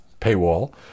paywall